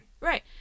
right